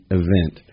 event